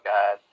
God